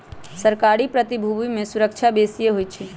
सरकारी प्रतिभूति में सूरक्षा बेशिए होइ छइ